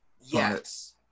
Yes